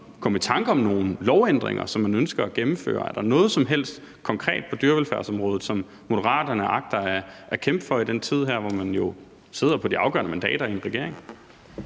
komme i tanker om nogle lovændringer, som man ønsker at gennemføre? Er der noget som helst konkret på dyrevelfærdsområdet, som Moderaterne agter at kæmpe for i den her tid, hvor man jo sidder på de afgørende mandater i en regering?